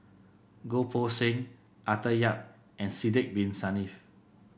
Goh Poh Seng Arthur Yap and Sidek Bin Saniff